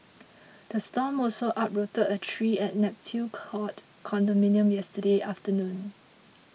the storm also uprooted a tree at Neptune Court condominium yesterday afternoon